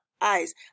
eyes